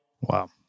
Wow